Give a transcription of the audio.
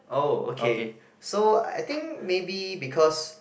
oh okay so I think maybe because